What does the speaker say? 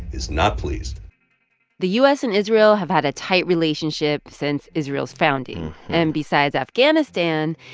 is not pleased the u s. and israel have had a tight relationship since israel's founding. and besides afghanistan,